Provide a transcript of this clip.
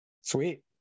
Sweet